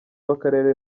w’akarere